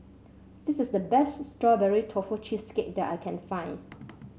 this is the best Strawberry Tofu Cheesecake that I can find